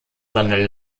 seine